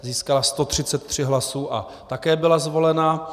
Získala 133 hlasů a také byla zvolena.